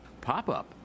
Pop-up